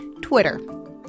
Twitter